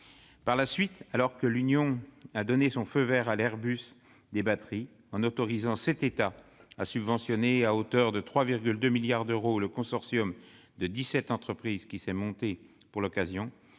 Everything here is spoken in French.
Enfin, alors que l'Union a donné son feu vert à l'« Airbus des batteries », en autorisant sept États à subventionner à hauteur de 3,2 milliards d'euros le consortium de dix-sept entreprises créé pour l'occasion,